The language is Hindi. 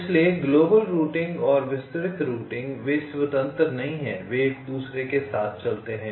इसलिए ग्लोबल रूटिंग और विस्तृत रूटिंग वे स्वतंत्र नहीं हैं वे एक दूसरे के साथ साथ चलते हैं